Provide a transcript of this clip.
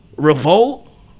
Revolt